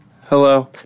Hello